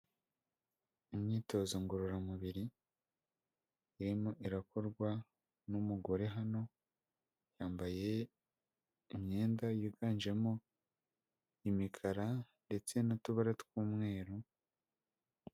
Imyitozo ngororamubiri irimo irakorwa n'umugore hano yambaye imyenda yiganjemo imikara ndetse n'utubara tw'umweru.